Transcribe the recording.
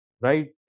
right